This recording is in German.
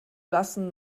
lassen